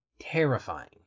terrifying